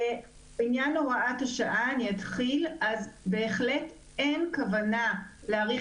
לעניין הוראת השעה בהחלט אין כוונה להאריך